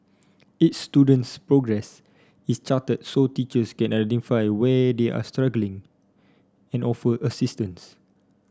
each student's progress is charted so teachers can identify where they are struggling and offer assistance